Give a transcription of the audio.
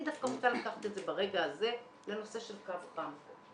אני דווקא רוצה לקחת את זה ברגע הזה לנושא של קו חם.